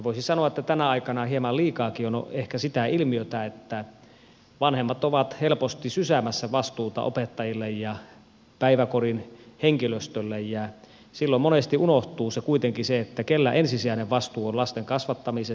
voisi sanoa että tänä aikana hieman liikaakin on ehkä sitä ilmiötä että vanhemmat ovat helposti sysäämässä vastuutaan opettajille ja päiväkodin henkilöstölle ja silloin monesti unohtuu kuitenkin se kenellä ensisijainen vastuu on lasten kasvattamisesta